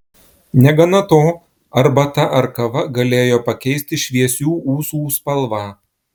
negana to arbata ar kava galėjo pakeisti šviesių ūsų spalvą